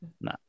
No